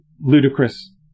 ludicrous